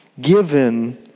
given